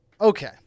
Okay